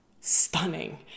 stunning